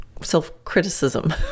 self-criticism